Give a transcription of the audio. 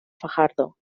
fajardo